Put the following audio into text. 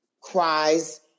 cries